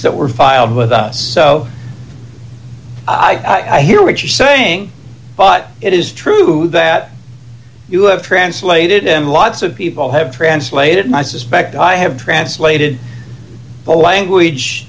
that were filed with us so i hear what you're saying but it is true that you have translated and lots of people have translated and i suspect i have translated the language